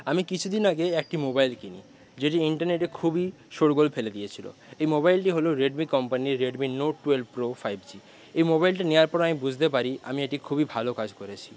আমি কিছুদিন আগেই একটি মোবাইল কিনি যেটি ইন্টারনেটে খুবই শোরগোল ফেলে দিয়েছিল এই মোবাইলটি হল রেডমি কোম্পানির Redmi note twelve pro five G এই মোবাইলটি নেওয়ার পর আমি বুঝতে পারি আমি এটি খুবই ভালো কাজ করেছি